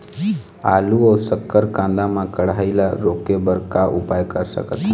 आलू अऊ शक्कर कांदा मा कढ़ाई ला रोके बर का उपाय कर सकथन?